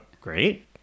great